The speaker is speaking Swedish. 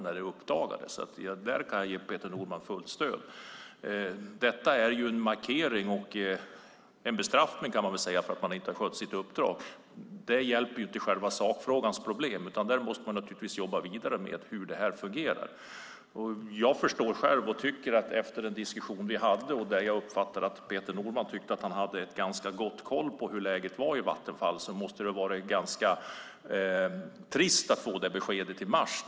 Där kan jag ge Peter Norman fullt stöd. Detta är ju en markering - en bestraffning, kan man säga - för att ordföranden inte har skött sitt uppdrag, men det hjälper inte själva sakfrågans problem. Man måste naturligtvis jobba vidare med hur det här fungerar. I den diskussion vi hade fick jag intrycket att Peter Norman tyckte att han hade ganska god koll på hur läget var i Vattenfall, och då måste det vara rätt trist för honom att få det här beskedet i mars.